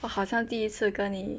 我好像第一次跟你